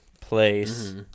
place